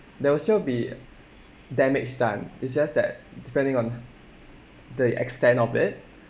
there will still be damage done it's just that depending on the extent of it